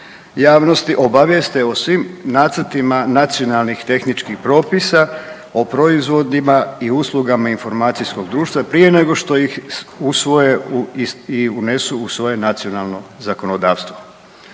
javnosti obavijest o svim nacrtima nacionalnih i tehničkih propisa o proizvodima i usluga informacijskog društva prije nego što ih usvoje i unesu u svoje nacionalno zakonodavstvo.